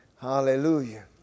Hallelujah